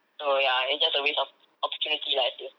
so ya it's just a waste of opportunity lah I feel